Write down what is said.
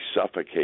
suffocate